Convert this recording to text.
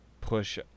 push